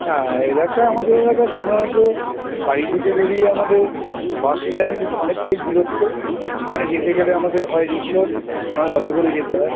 হ্যাঁ এলাকায় আমাদের এলাকায় সাধারণত বাড়ি থেকে বেরিয়ে আমাদের বাসস্ট্যান্ড অনেকটাই দূরত্ব সেখানে যেতে গেলে আমাদের হয় রিক্সা নয় অটো করে যেতে হয়